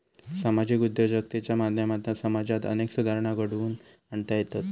सामाजिक उद्योजकतेच्या माध्यमातना समाजात अनेक सुधारणा घडवुन आणता येतत